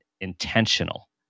intentional